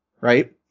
Right